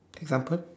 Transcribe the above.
example